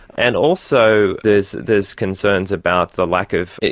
and also there's there's concerns about the lack of